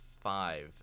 five